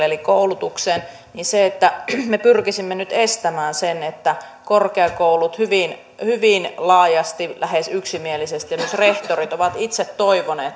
eli koulutukseen niin me pyrkisimme nyt estämään sen mitä korkeakoulut hyvin laajasti lähes yksimielisesti ja myös rehtorit ovat itse toivoneet